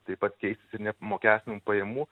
taip pat keisis ir neapmokestinamųjų pajamų